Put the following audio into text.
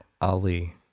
Ali